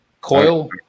Coil